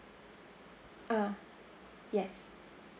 ah yes